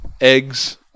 eggs